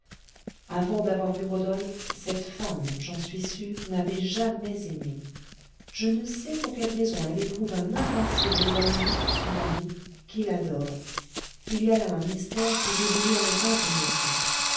avant d'avoir vu rodolphe cette femme j'en suis sûre n'avait jamais aimé je ne sais pour quelle raison elle éprouve un invincible éloignement pour son mari qui l'adore il y a là un mystère que j'ai voulu en vain pénétrer